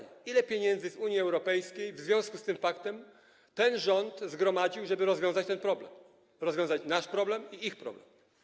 Ile pieniędzy z Unii Europejskiej w związku z tym faktem ten rząd zgromadził, żeby rozwiązać ten problem, rozwiązać nasz problem i ich problem?